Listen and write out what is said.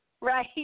Right